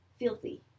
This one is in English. filthy